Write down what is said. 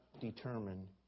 determine